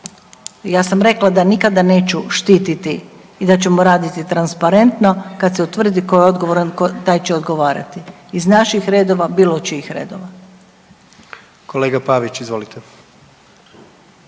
Ja sam rekla da nikada neću štititi i da ćemo raditi transparentno, kad se utvrdi tko je odgovoran, taj će odgovarati. Iz naših redova, bilo čijih redova. **Jandroković, Gordan